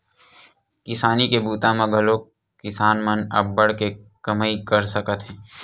किसानी के बूता म घलोक किसान मन अब्बड़ के कमई कर सकत हे